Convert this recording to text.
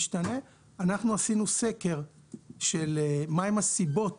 כשעשינו סקר למה הן הסיבות